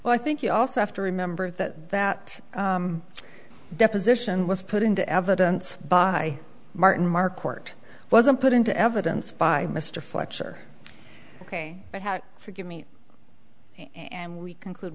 well i think you also have to remember that that deposition was put into evidence by martin marquardt wasn't put into evidence by mr fletcher ok but had forgive me and we conclude